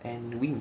and winp